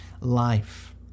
life